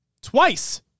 Twice